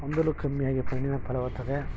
ಅವನದಲ್ಲು ಕಮ್ಮಿಯಾಗಿ ಮಣ್ಣಿನ ಫಲವತ್ತತೆ